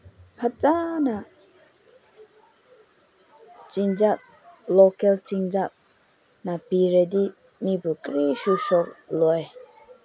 ꯐꯖꯅ ꯆꯤꯟꯖꯥꯛ ꯂꯣꯀꯦꯜ ꯆꯤꯟꯖꯥꯛꯅ ꯄꯤꯔꯗꯤ ꯃꯤꯕꯨ ꯀꯔꯤꯁꯨ ꯁꯣꯛꯂꯣꯏ